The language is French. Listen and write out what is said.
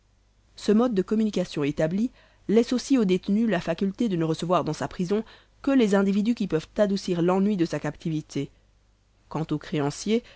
ce mode de communication établi laisse aussi au détenu la faculté de ne recevoir dans sa prison que les individus qui peuvent adoucir l'ennui de sa captivité quant aux créanciers